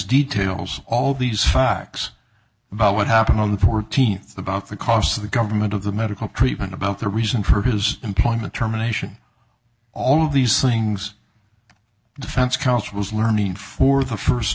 details all these facts about what happened on the fourteenth about the costs of the government of the medical treatment about the reason for his employment terminations all of these things defense counsel is learning for the first